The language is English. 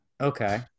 Okay